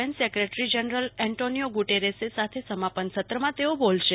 N secretary general Antonio Guterres સાથે સમાપન સત્રમાં તેઓ બોલશે